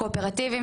קואופרטיבים,